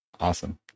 Awesome